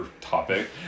topic